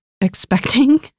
expecting